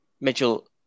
Mitchell